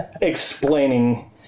explaining